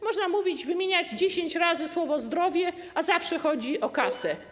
Można mówić, wymieniać 10 razy słowo „zdrowie”, a zawsze chodzi o kasę.